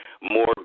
more